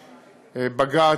בג"ץ,